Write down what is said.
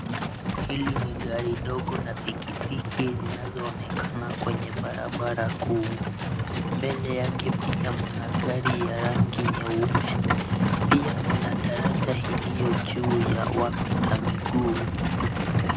Hili ni gari ndogo na pikipiki zinazoonekana kwenye barabara kuu. Mbele yake pia mna gari yenye rangi nyeupe. Pia kuna daraja iliyojuu ya wapita miguu.